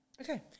Okay